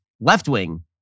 left-wing